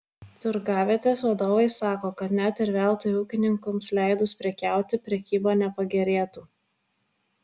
turgavietės vadovai sako kad net ir veltui ūkininkams leidus prekiauti prekyba nepagerėtų